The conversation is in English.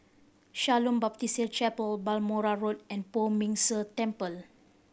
Shalom Baptist Chapel Balmoral Road and Poh Ming Tse Temple